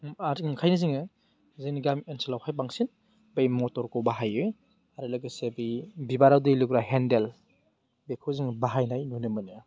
आरो ओंखायनो जोङो जोंनि गामि ओनसोलावहाय बांसिन बै मथरखौ बाहायो आरो लोगोसे बि बिबाराव दै लुग्रा हेन्देल बेखौ जों बाहायनाय नुनो मोनो